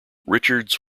richards